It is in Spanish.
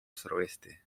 suroeste